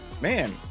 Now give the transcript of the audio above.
Man